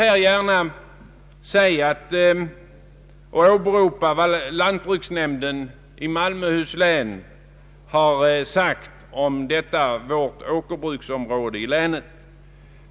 Jag vill gärna åberopa vad lantbruksnämnden i Malmöhus län har sagt om detta vårt åkerbruksområde i länet.